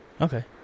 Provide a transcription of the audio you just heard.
Okay